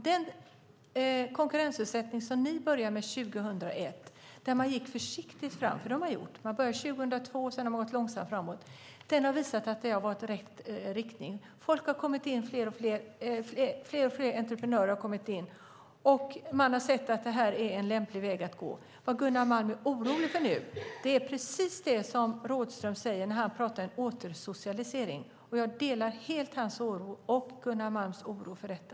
Den konkurrensutsättning som ni började med 2001 gick man försiktigt fram med. Man började 2002 och har sedan gått långsamt framåt. Det har visat att det har varit rätt riktning. Fler och fler entreprenörer har kommit in, och man har sett att det är en lämplig väg att gå. Vad Gunnar Malm är orolig för nu är precis det som Rådhström säger när han pratar om återsocialisering. Jag delar helt hans och Gunnar Malms oro för detta.